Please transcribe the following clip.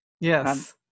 yes